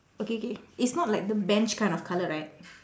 okay okay it's not like the bench kind of colour right